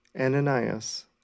Ananias